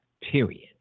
period